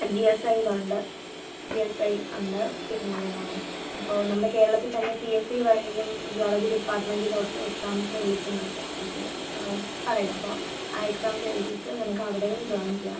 G S ഐയിൽ ഉണ്ട് G S I ഉണ്ട് പിന്നെ ഇപ്പോൾ നമ്മുടെ കേരളത്തിൽ തന്നെ പി എസ് സി വഴിയും ജിയോളജി ഡിപ്പാർട്ട്മെൻ്റിലോട്ട് എക്സാംസ് വിളിക്കുന്നുണ്ട് അവർ പറയും അപ്പോൾ ആ എക്സാംസ് എഴുതിയിട്ട് നിനക്ക് അവിടെയും ജോയിൻ ചെയ്യാം